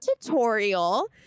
tutorial